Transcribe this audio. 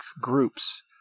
groups